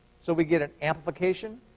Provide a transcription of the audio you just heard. so we get an amplification,